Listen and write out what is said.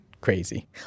crazy